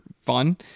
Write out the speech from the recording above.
fun